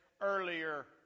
earlier